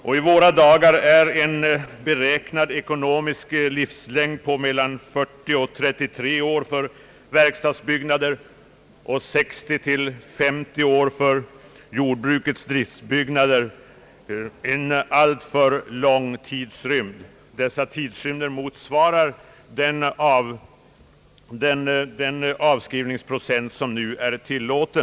I våra dagar är en beräknad ekonomisk livslängd på mellan 40 och 33 år för verkstadsbyggnader och mellan 60 och 50 år för jordbrukets drifts byggnader, m.m. byggnader en alltför lång tidrymd. Dessa tidrymder motsvarar den avskrivningsprocent som nu är tillåten.